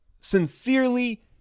sincerely